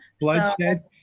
Bloodshed